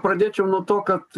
pradėčiau nuo to kad